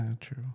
true